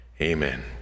Amen